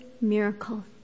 miracle